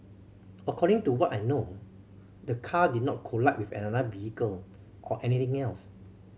according to what I know the car did not collide with another vehicle or anything else